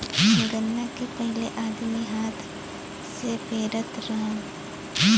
गन्ना के पहिले आदमी हाथ से पेरत रहल